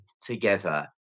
together